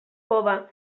cove